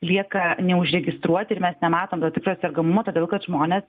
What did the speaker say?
lieka neužregistruoti mes nematome to tikro sergamumo todėl kad žmonės